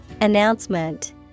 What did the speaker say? announcement